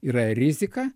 yra rizika